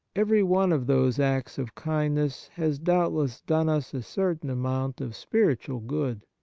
every one of those acts of kindness has doubtless done us a certain amount of spiritual good.